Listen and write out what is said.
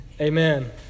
Amen